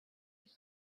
ils